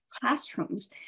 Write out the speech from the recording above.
classrooms